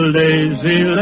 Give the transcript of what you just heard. lazy